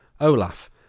Olaf